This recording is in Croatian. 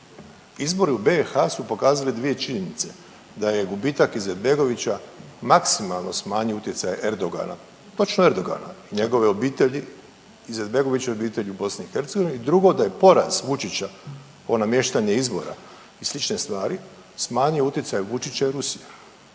Izbori u BiH su pokazali dvije činjenice da je gubitak Izetbegovića maksimalno smanjio utjecaj Erdogana, točno Erdogana, njegove obitelji, Izetbegovićeve obitelji u BiH i drugo da je poraz Vučića ovo namještanje izbora i slične stvari smanjio utjecaj Vučića i Rusa.